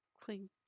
clean